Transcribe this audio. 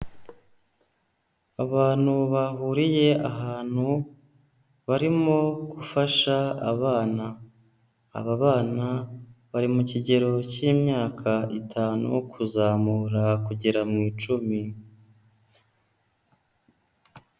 Abantu bahuriye ahantu, barimo gufasha abana, aba bana bari mu kigero cy'imyaka itanu kuzamura kugera mu icumi.